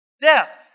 death